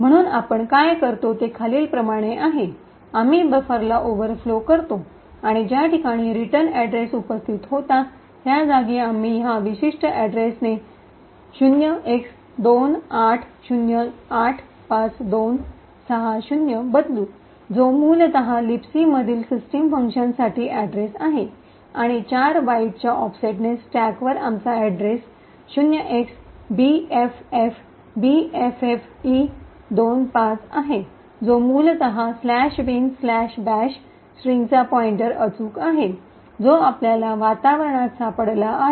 म्हणून आपण काय करतो ते खालीलप्रमाणे आहे आम्ही बफरला ओव्हरफ्लो करतो आणि ज्या ठिकाणी रिटर्न अड्रेस उपस्थित होता त्या जागी आम्ही हा विशिष्ट अड्रेस ने 0x28085260 बदलु जो मूलतः लिबिसी मधील सिस्टीम फंक्शनसाठी अड्रेस आहे आणि 4 बाइटच्या ऑफसेटने स्टॅकवर आमचा अड्रेस 0xbffbffe25 आहे जो मूलत " बिन बॅश" "binbash" स्ट्रिंगचा पॉइन्टर सूचक आहे जो आपल्याला वातावरणात सापडला आहे